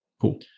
cool